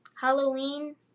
halloween